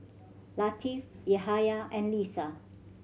Latif Yahaya and Lisa